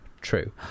true